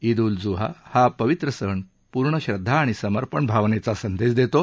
ईद उल झुहा हा पवित्र सण पूर्ण श्रद्वा आणि समर्पण भावनेचा संदेश देतो